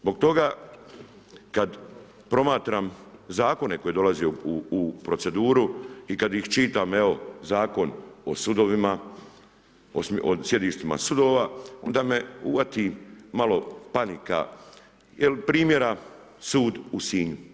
Zbog toga, kad promatram zakone koji dolaze u procedure i kad ih čitam, evo Zakon o sudovima, o sjedištima sudova, onda me uhvati malo panika jer npr. sud u Sinju.